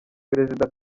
perezida